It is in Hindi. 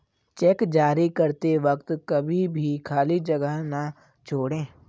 चेक जारी करते वक्त कभी भी खाली जगह न छोड़ें